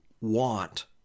want